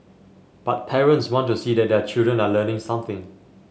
but parents want to see that their children are learning something